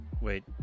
Wait